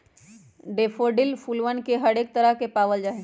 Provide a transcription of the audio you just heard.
daffodil फूलवन के हरेक तरह के पावल जाहई